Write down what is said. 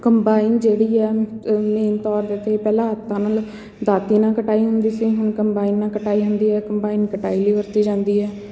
combine ਜਿਹੜੀ ਹੈ main ਤੌਰ 'ਤੇ ਪਹਿਲਾਂ ਹੱਥਾਂ ਨਾਲ ਦਾਤੀਆਂ ਨਾਲ ਕਟਾਈ ਹੁੰਦੀ ਸੀ ਹੁਣ ਕੰਬਾਈਨ ਨਾਲ ਕਟਾਈ ਹੁੰਦੀ ਹੈ ਕੰਬਾਈਨ ਕਟਾਈ ਲਈ ਵਰਤੀ ਜਾਂਦੀ ਹੈ